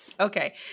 Okay